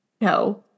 No